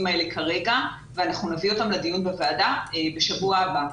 האלה ואנחנו נביא אותם לדיון בוועדה בשבוע הבא.